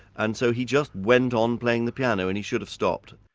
and so he just went on playing the piano, and he should have stopped.